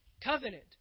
Covenant